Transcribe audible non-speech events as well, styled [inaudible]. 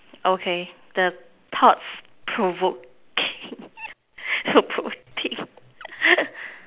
okay the thoughts provoking [noise] poor thing